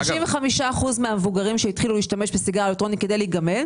35 אחוזים מהמבוגרים שהתחילו להשתמש בסיגריה אלקטרונית כדי להיגמל